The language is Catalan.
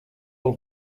del